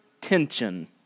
tension